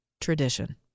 Tradition